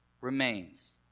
remains